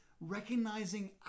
recognizing